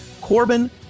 Corbin